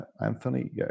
Anthony